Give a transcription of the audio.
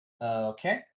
Okay